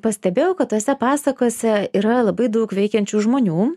pastebėjau kad tose pasakose yra labai daug veikiančių žmonių